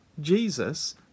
Jesus